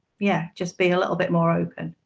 yeah, just be a little bit more open.